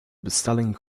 bestelling